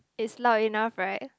is loud enough right